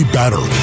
better